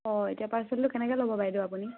অঁ এতিয়া পাৰ্চেলটো কেনেকে ল'ব বাইদেউ আপুনি